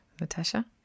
Natasha